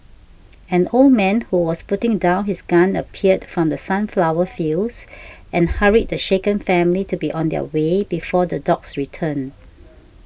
an old man who was putting down his gun appeared from the sunflower fields and hurried the shaken family to be on their way before the dogs return